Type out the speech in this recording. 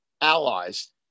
allies